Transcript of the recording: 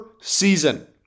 season